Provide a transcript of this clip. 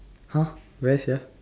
!huh! where sia